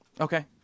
Okay